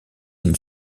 une